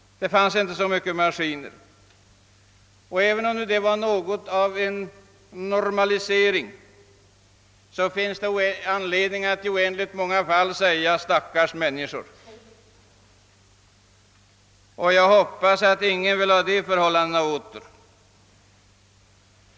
Det fanns inte så mycket maskiner. även om man syftade till ett slags normalisering av vederbörandes levnadsförhållanden fanns i oändligt många fall anledning att säga: Stackars människor! Jag hoppas att ingen vill ha de förhållandena åter.